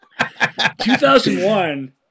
2001